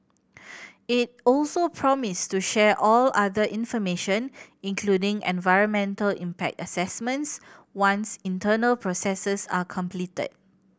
it also promised to share all other information including environmental impact assessments once internal processes are completed